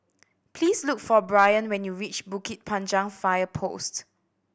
please look for Brien when you reach Bukit Panjang Fire Post